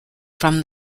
from